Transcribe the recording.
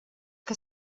que